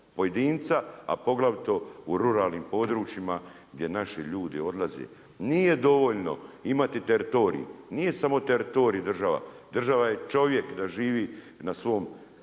a poglavito u ruralnim područjima gdje naši ljudi odlaze. Nije dovoljno imati teritorij. Nije samo teritorij država. Država je čovjek da živi na svom